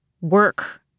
work